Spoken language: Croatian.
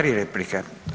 3 replike.